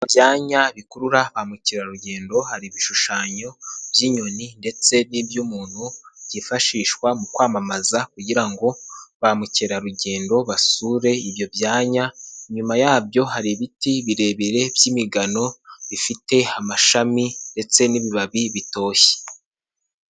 Ibyanya bikurura ba mukerarugendo, hari ibishushanyo by'inyoni ndetse n'iby'umuntu byifashishwa mu kwamamaza kugira ngo ba mukerarugendo basure ibyo byanya, inyuma yabyo hari ibiti birebire by'imigano bifite amashami ndetse n'ibibabi bitoshye.